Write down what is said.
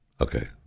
Okay